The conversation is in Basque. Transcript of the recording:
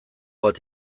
bat